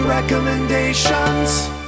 recommendations